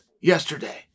yesterday